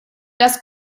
das